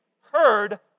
heard